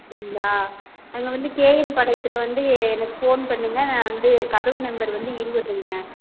அப்படிங்களா அங்கே வந்து கேஎன் பாளையத்தில் வந்து எனக்கு ஃபோன் பண்ணுங்கள் நான் வந்து கதவு நம்பர் வந்து இருபதுங்க